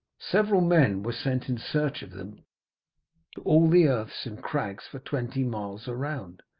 several men were sent in search of them to all the earths and crags for twenty miles round,